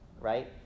right